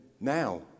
now